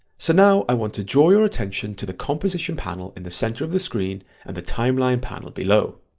so now i want to draw your attention to the composition panel in the center of the screen and the timeline panel below.